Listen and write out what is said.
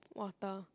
water